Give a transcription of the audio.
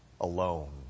alone